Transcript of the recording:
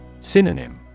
Synonym